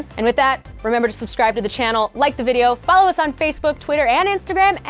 and with that, remember to subscribe to the channel, like the video, follow us on facebook, twitter, and instagram, and